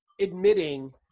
admitting